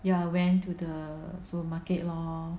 ya I went to the supermarket lor